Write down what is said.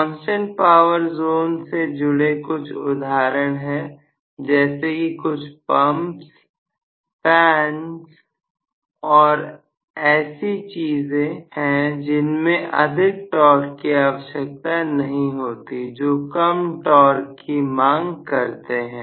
constant power zone से जुड़े कुछ उदाहरण है जैसे कि कुछ पंप्स फैंस और ऐसी चीज है जिनमें अधिक टॉर्क की आवश्यकता नहीं होती जो कम टॉर्क की मांग करते हैं